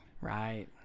Right